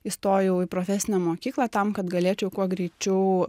įstojau į profesinę mokyklą tam kad galėčiau kuo greičiau